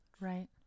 Right